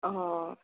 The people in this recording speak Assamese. অঁ অঁ